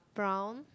from